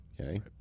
Okay